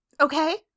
Okay